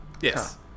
Yes